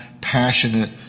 passionate